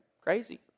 crazy